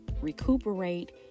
recuperate